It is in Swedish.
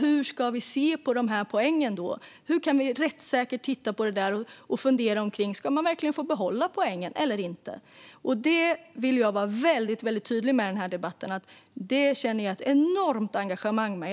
hur ska vi då se på dessa poäng? Hur kan vi titta på detta rättssäkert? Ska man få behålla poängen eller inte? Jag vill vara väldigt tydlig i den här debatten med att jag känner ett enormt engagemang i detta.